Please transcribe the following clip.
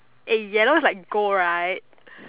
eh yellow like gold right